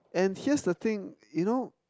and here's the thing you know